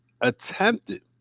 attempted